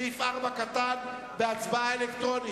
הסתייגות מס' 4, בהצבעה אלקטרונית.